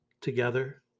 Together